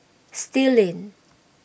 Still Lane